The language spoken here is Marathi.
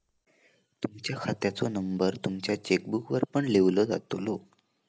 तुमच्या खात्याचो नंबर तुमच्या चेकबुकवर पण लिव्हलो जातलो